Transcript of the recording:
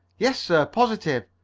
yes, sir. positive.